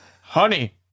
Honey